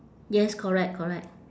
yes correct correct